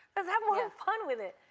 let's have more fun with it.